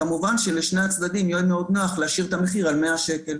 אז כמובן שלשני הצדדים מאוד נוח להשאיר את המחיר על 100 שקל.